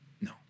No